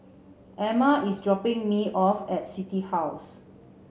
Amma is dropping me off at City House